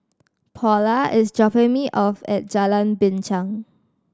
Paula is dropping me off at Jalan Binchang